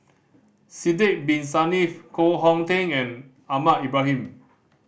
Sidek Bin Saniff Koh Hong Teng and Ahmad Ibrahim